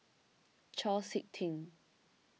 Chau Sik Ting